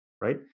right